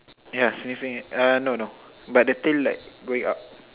yeah sniffing it uh no no but the tail like going up